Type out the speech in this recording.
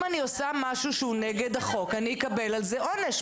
אם אני עושה משהו שהוא נגד החוק, אקבל על זה עונש.